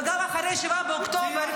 וגם אחרי 7 באוקטובר,